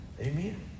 Amen